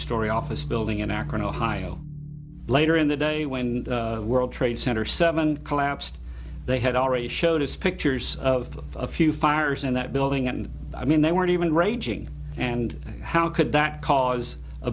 story office building in akron ohio later in the day when were trade center seven collapsed they had already showed us pictures of a few fires in that building and i mean they weren't even raging and how could that cause a